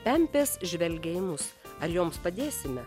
pempės žvelgia į mus ar joms padėsime